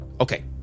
okay